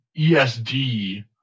ESD